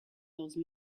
those